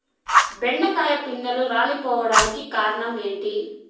బెండకాయ పిందెలు రాలిపోవడానికి కారణం ఏంటి?